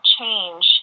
change